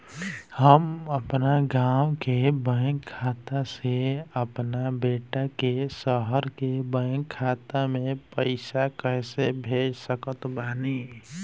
हम अपना गाँव के बैंक खाता से अपना बेटा के शहर के बैंक खाता मे पैसा कैसे भेज सकत बानी?